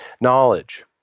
knowledge